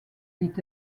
dit